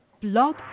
Blog